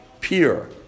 pure